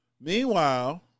Meanwhile